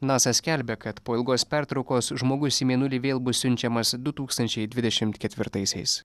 nasa skelbia kad po ilgos pertraukos žmogus į mėnulį vėl bus siunčiamas du tūkstančiai dvidešimt ketvirtaisiais